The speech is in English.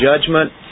judgment